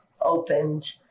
opened